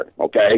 Okay